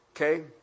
Okay